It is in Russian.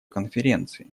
конференции